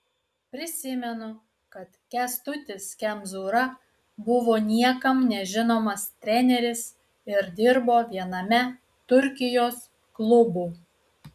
prisimenu kad kęstutis kemzūra buvo niekam nežinomas treneris ir dirbo viename turkijos klubų